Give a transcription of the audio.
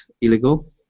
illegal